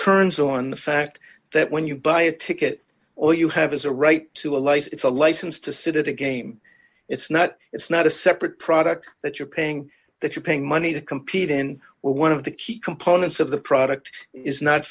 turns on the fact that when you buy a ticket or you have as a right to a license a license to sit at a game it's not it's not a separate product that you're paying that you're paying money to compete in one of the key components of the product is not